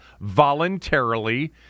voluntarily